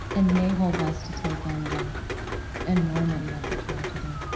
enables us to take in the enormity of the tragedy.